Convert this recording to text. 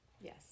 Yes